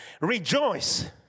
Rejoice